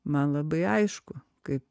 man labai aišku kaip